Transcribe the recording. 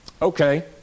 Okay